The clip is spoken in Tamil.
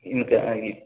எனக்கு ஆ இ